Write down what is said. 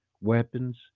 weapons